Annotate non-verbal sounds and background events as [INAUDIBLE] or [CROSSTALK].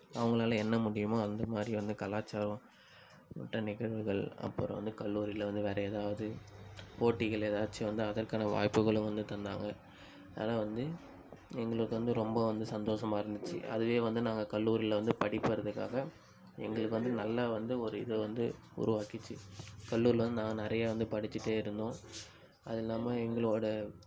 அவங்களால என்ன முடியுமோ அந்த மாதிரி வந்து கலாச்சாரம் [UNINTELLIGIBLE] நிகழ்வுகள் அப்புறம் வந்து கல்லூரியில வந்து வேறு எதாவது போட்டிகள் ஏதாச்சும் வந்து அதற்கான வாய்ப்புகளும் வந்து தந்தாங்க ஆனால் வந்து எங்களுக்கு வந்து ரொம்ப வந்து சந்தோஷமாக இருந்துச்சு அதுவே வந்து நாங்கள் கல்லூரியில வந்து படிப்பதற்காக எங்களுக்கு வந்து நல்லா வந்து ஒரு இதை வந்து உருவாக்குச்சு கல்லூரியில வந்து நான் நிறையா வந்து படிச்சிட்டே இருந்தோம் அதுல்லாமல் எங்களோட